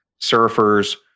surfers